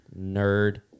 nerd